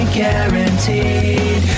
guaranteed